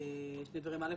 א',